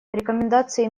рекомендации